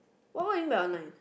what what buy online